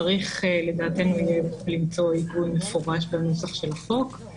צריך למצוא עיגון מפורש בנוסח של החוק,